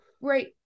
Right